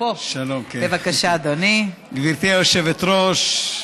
גברתי היושבת-ראש,